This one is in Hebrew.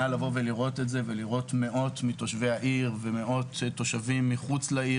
מאות מתושבי העיר ומחוצה לה,